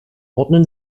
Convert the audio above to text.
ordnen